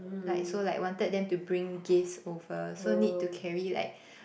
like so like wanted them to bring gifts over so need to carry like